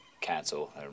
cancel